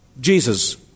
Jesus